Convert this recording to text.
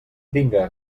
vinga